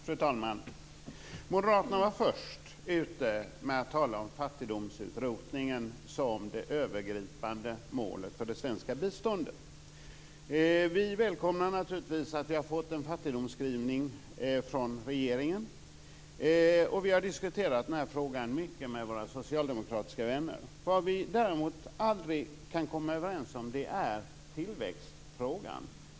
Fru talman! Vi moderater var först ut med att tala om fattigdomsutrotningen som det övergripande målet för det svenska biståndet. Vi välkomnar naturligtvis att det har kommit en fattigdomsskrivning från regeringen. Vi har diskuterat frågan mycket med våra socialdemokratiska vänner. Vad vi däremot aldrig kan komma överens om är tillväxtfrågan.